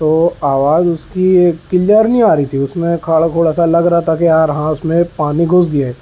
تو آواز اس کی کلیئر نہیں آ رہی تھی اس میں کھڑ کھُڑ سا لگ رہا تھا کہ یار ہاں اس میں پانی گھس گیا ہے